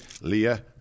Leah